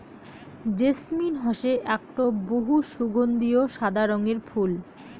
jasmine হসে আকটো বহু সগন্ধিও সাদা রঙের ফুল